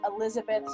Elizabeth